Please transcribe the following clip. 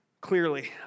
clearly